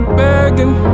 begging